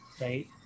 right